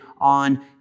on